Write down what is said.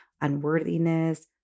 unworthiness